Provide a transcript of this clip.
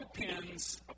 depends